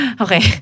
Okay